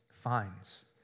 finds